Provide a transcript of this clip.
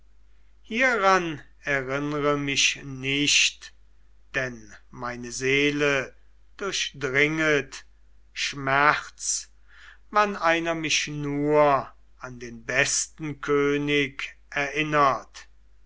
hieran erinnre mich nicht denn meine seele durchdringet schmerz wann einer mich nur an den besten könig erinnert